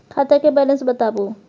खाता के बैलेंस बताबू?